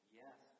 yes